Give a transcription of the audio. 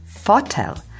Fotel